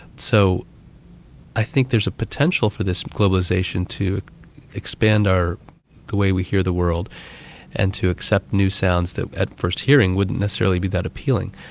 so i think there's a potential for this globalisation to expand the way we hear the world and to accept new sounds that at first hearing wouldn't necessarily be that appealing.